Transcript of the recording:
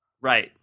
Right